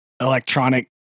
electronic